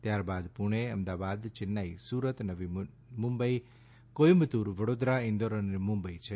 ત્યારબાદ પુણે અમદાવાદ ચેન્નાઈ સુરત નવી મુંબઈ કોઈમ્બતુર વડોદરા ઇન્દોર અને મુંબઇ છે